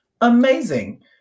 Amazing